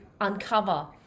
uncover